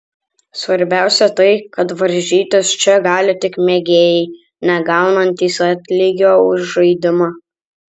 svarbiausia tai kad varžytis čia gali tik mėgėjai negaunantys atlygio už žaidimą